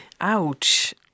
ouch